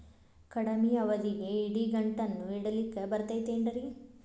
ಕಡಮಿ ಅವಧಿಗೆ ಇಡಿಗಂಟನ್ನು ಇಡಲಿಕ್ಕೆ ಬರತೈತೇನ್ರೇ?